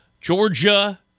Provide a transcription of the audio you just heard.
Georgia